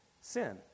sin